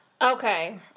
Okay